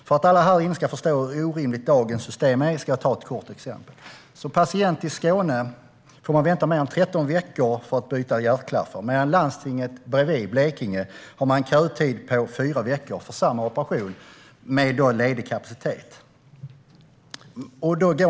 För att alla här inne ska förstå hur orimligt dagens system är ska jag ta ett kort exempel: Som patient i Skåne får man vänta mer än 13 veckor för att byta hjärtklaffar, medan landstinget bredvid, Blekinge, har en kötid på fyra veckor för samma operation med ledig kapacitet.